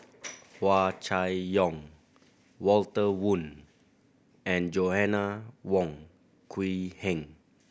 Hua Chai Yong Walter Woon and Joanna Wong Quee Heng